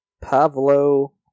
Pavlo